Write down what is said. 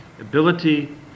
ability